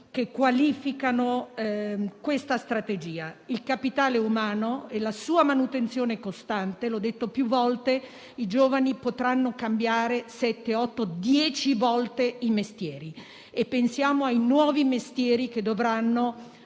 che qualificano questa strategia: il capitale umano e la sua manutenzione costante. Come ho detto più volte, i giovani potranno cambiare anche dieci volte mestiere. Pensiamo ai nuovi mestieri, che dovranno